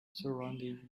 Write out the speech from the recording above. surrounding